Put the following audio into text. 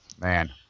man